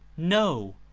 no!